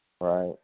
Right